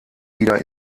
wieder